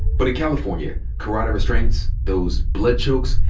but in california, carotid restraints, those blood chokes,